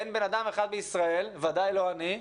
אין בן אדם אחד בישראל, ודאי לא אני,